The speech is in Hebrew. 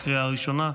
לקריאה הראשונה.